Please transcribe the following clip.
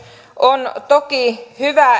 on toki hyvä